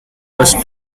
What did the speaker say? was